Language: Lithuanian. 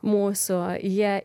mūsų jie